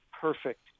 perfect